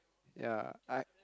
ya I